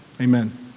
amen